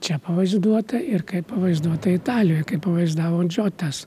čia pavaizduota ir kaip pavaizduota italijoj kaip pavaizdavo džiotas